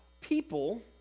people